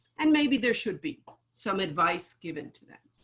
and maybe there should be some advice given to them.